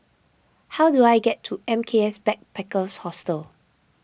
how do I get to M K S Backpackers Hostel